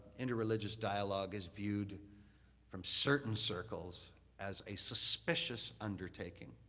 interreligious dialogue is viewed from certain circles as a suspicious undertaking.